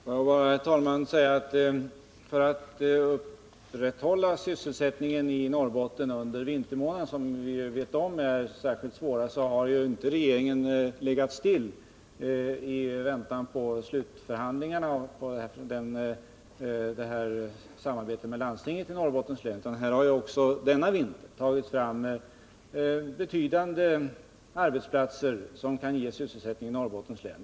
Herr talman! För att upprätthålla sysselsättningen i Norrbotten under vintermånaderna, som vi vet är särskilt svåra, har regeringen inte legat stilla i väntan på slutförhandlingarna om samarbetet med landstinget i Norrbottens län, utan vi har också denna vinter tagit fram ett betydande antal arbetsplatser som kan ge sysselsättning i Norrbotten.